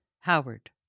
Howard